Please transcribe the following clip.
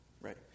right